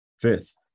Fifth